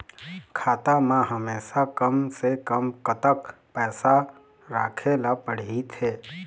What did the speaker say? खाता मा हमेशा कम से कम कतक पैसा राखेला पड़ही थे?